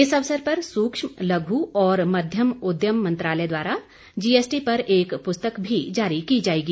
इस अवसर पर सूक्ष्म लघु और मध्यम उद्यम मंत्रालय द्वारा जीएसटी पर एक पुस्तक भी जारी की जाएगी